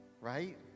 right